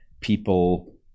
people